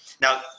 now